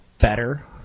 better